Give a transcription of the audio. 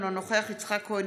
אינו נוכח יצחק כהן,